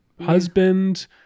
husband